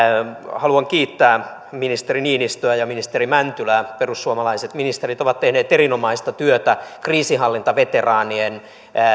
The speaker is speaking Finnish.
haluan kiittää ministeri niinistöä ja ministeri mäntylää perussuomalaiset ministerit ovat tehneet erinomaista työtä kriisinhallintaveteraanien